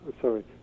sorry